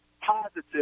positive